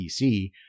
PC